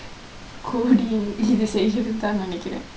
codingk இது செய்ரதுதான் நினைக்கிறேன்:ithu seyrathuthaan ninaikiren